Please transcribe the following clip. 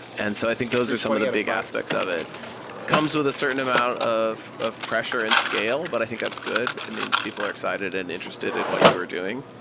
and so i think those are some of the big aspects of it. it comes with a certain amount of of pressure and scale, but i think that's good. it means people are excited and interested in what you are doing.